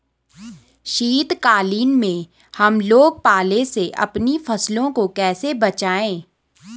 शीतकालीन में हम लोग पाले से अपनी फसलों को कैसे बचाएं?